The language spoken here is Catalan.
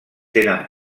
tenen